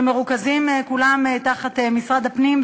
שמרוכזות כולן תחת משרד הפנים.